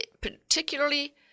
particularly